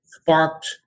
sparked